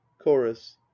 chorus